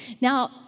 Now